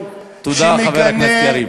תודה, חבר הכנסת יריב.